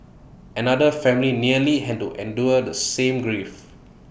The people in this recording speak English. another family nearly had to endure the same grief